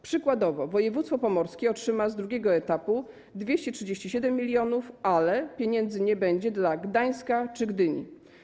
Przykładowo województwo pomorskie otrzyma ze środków drugiego etapu 237 mln zł, ale pieniędzy nie będzie dla Gdańska czy Gdyni.